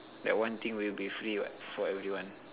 that one thing will be free what for everyone